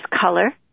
color